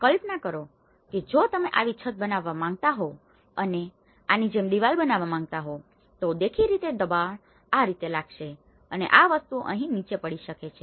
કલ્પના કરો કે જો તમે આવી છત બનાવતા હોવ અને આની જેમ દિવાલ બનાવતા હોવ તો દેખીતી રીતે દબાણ આ રીતે લાગશે અને આ વસ્તુઓ અહીં નીચે પડી શકે છે